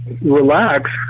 relax